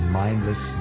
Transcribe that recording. mindless